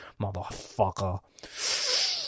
motherfucker